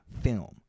film